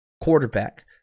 quarterback